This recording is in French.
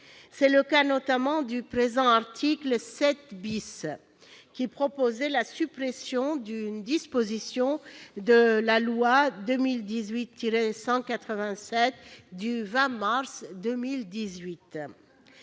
C'était le cas notamment de l'article 7 , qui proposait la suppression d'une disposition de la loi n° 2018-187 du 20 mars 2018